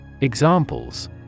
Examples